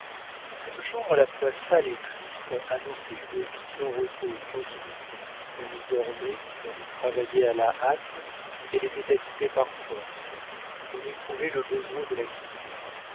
cette chambre à la fois sale et triste annonçait une vie sans repos et sans dignité on y dormait on y travaillait à la hâte elle était habitée par force on éprouvait le besoin de la quitter